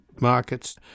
markets